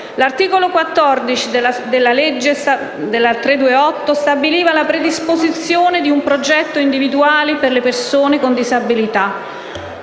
L'articolo 14 della suddetta legge stabilisce la predisposizione di un progetto individuale per le persone con disabilità.